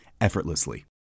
effortlessly